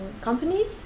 companies